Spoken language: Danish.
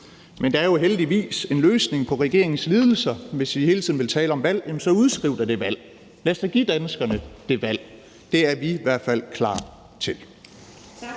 Men der er jo heldigvis en løsning på regeringens lidelser: Hvis I hele tiden vil tale om valg så udskriv da det valg. Lad os da give danskerne det valg. Det er vi i hvert fald klar til.